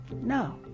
No